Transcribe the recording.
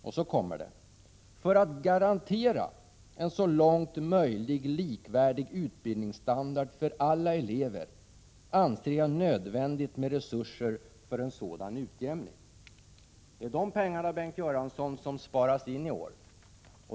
Och så kom det: För att garantera en så långt möjligt likvärdig utbildningsstandard för alla elever anser jag nödvändigt med resurser för en sådan utjämning. Det är de pengarna, Bengt Göransson, som sparas in i år.